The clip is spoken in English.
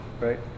right